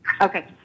Okay